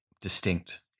distinct